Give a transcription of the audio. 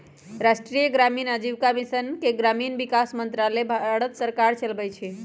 राष्ट्रीय ग्रामीण आजीविका मिशन के ग्रामीण विकास मंत्रालय भारत सरकार चलाबै छइ